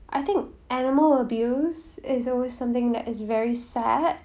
I think animal abuse is always something that is very sad